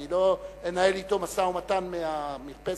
אני לא אנהל אתו משא-ומתן מהמרפסת.